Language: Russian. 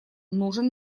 нужен